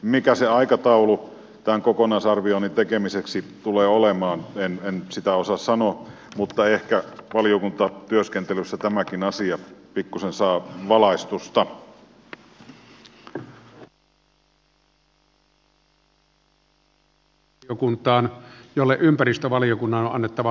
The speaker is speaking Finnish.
mikä se aikataulu tämän kokonaisarvioinnin tekemiseksi tulee olemaan en sitä osaa sanoa mutta ehkä valiokuntatyöskentelyssä tämäkin asia pikkusen saa valaistusta